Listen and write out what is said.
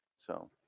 so,